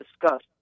discussed